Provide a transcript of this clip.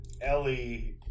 Ellie